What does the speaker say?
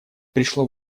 пришло